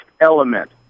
Element